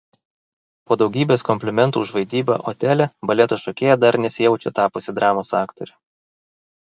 po daugybės komplimentų už vaidybą otele baleto šokėja dar nesijaučia tapusi dramos aktore